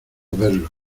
verlo